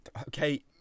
Okay